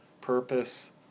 Purpose